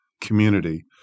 community